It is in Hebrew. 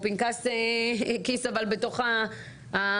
או פנקס כיס אבל בתוך האפליקציות,